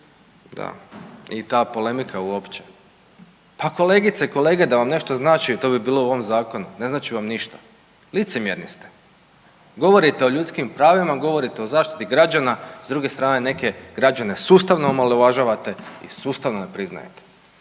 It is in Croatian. da i ta polemika uopće pa kolegice i kolege da vam nešto znači to bi bilo u ovom zakonu. Ne znači vam ništa, licemjerni ste. Govorite o ljudskim pravima, govorite o zaštiti građana s druge strane neke građane sustavno omalovažavate i sustavno ne priznajete,